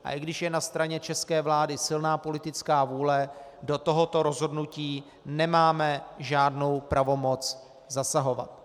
A i když je na straně české vlády silná politická vůle, do tohoto rozhodnutí nemáme žádnou pravomoc zasahovat.